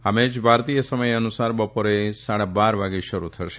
આ મેચ ભારતીય સમય અનુસાર બપોરે સાડા બાર વાગે શરૂ થશે